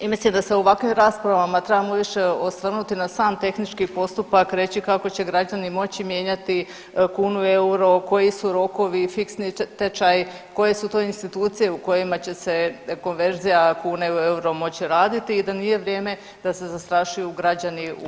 I mislim da se u ovakvim raspravama trebamo više osvrnuti na sam tehnički postupak i reći kako će građani moći mijenjati kunu u euro, koji su rokovi, fiksni tečaj, koje su to institucije u kojima će se konverzija kune u euro moći raditi i da nije vrijeme da se zastrašuju građani uvođenjem eura.